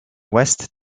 west